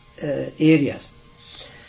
areas